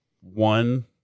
one